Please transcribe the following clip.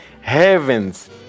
heavens